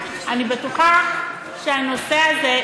אני בטוחה שהנושא הזה,